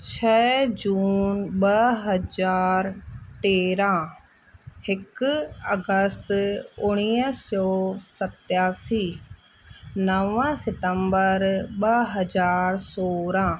छह जून ॿ हज़ार तेरहां हिकु अगस्त उणिवीह सौ सतासी नव सितंबर ॿ हज़ार सोरहां